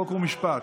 בעד, 62,